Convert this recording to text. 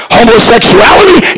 Homosexuality